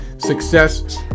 success